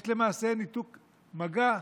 יש למעשה ניתוק מגע,